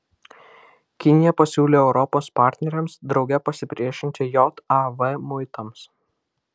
kinija pasiūlė europos partneriams drauge pasipriešinti jav muitams